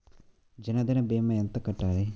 జన్ధన్ భీమా ఎంత కట్టాలి?